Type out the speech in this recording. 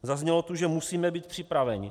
Zaznělo tu, že musíme být připraveni.